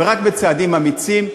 רק בצעדים אמיצים.